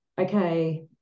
okay